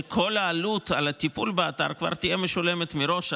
כל העלות של הטיפול באתר הרי כבר תהיה משולמת מראש,